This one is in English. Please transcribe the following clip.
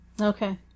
Okay